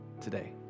today